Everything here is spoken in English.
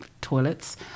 toilets